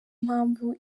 mpamvu